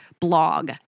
blog